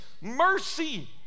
mercy